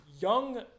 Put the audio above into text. Young